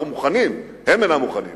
אנחנו מוכנים, הם אינם מוכנים